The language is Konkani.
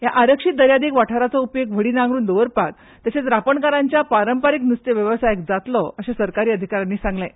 हया आरक्षीत दर्यादेग वाठारांचो उपेग व्हडीं नांगरून दवरपाक तशेंच रापणकारांच्या पारंपारीक न्स्ते वेवसायाक जातलो अशें सरकारी अधिकाऱ्यांन सांगलें